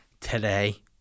today